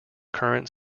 current